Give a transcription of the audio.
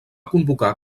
convocar